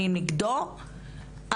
אני נגדו,